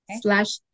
slash